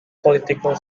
political